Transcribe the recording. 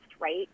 right